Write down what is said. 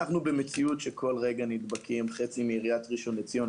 אנחנו במציאות שכל רגע נדבקת חצי מעיריית ראשון לציון.